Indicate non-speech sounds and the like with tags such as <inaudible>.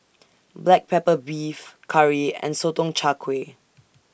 Black Pepper Beef Curry and Sotong Char Kway <noise>